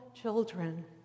children